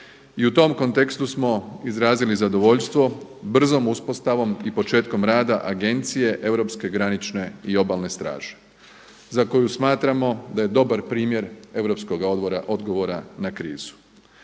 I u tom kontekstu smo izrazili zadovoljstvo brzom uspostavom i početkom rada Agencije europske granične i obalne straže za koju smatramo da je dobar primjer europskoga odgovora na krizu.